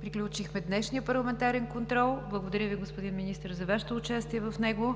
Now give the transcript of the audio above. приключихме днешния парламентарен контрол. Благодаря, господин Министър, за Вашето участие в него,